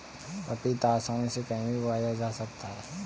पपीता आसानी से कहीं भी उगाया जा सकता है